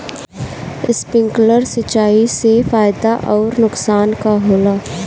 Sprinkler सिंचाई से फायदा अउर नुकसान का होला?